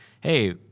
hey